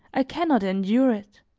i can not endure it.